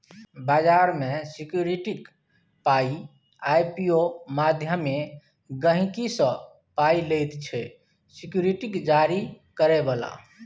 बजार मे सिक्युरिटीक पाइ आइ.पी.ओ माध्यमे गहिंकी सँ पाइ लैत छै सिक्युरिटी जारी करय बला